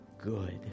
good